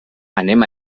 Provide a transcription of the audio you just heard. anem